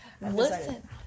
Listen